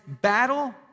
battle